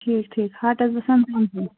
ٹھیٖک ٹھیٖک ہأٹس گژھان